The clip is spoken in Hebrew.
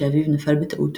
שאביו נפל בטעות,